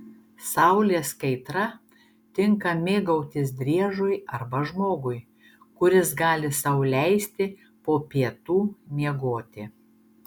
saulės kaitra tinka mėgautis driežui arba žmogui kuris gali sau leisti po pietų miegoti